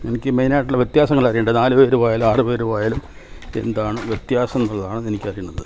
എനിക്ക് മെയിനായിട്ടുള്ള വ്യത്യാസങ്ങൾ അറിയേണ്ടത് നാല് പേരു പോയാലും ആറ് പേരു പോയാലും എന്താണ് വ്യത്യാസം എന്നുള്ളതാണ് എനിക്ക് അറിയേണ്ടത്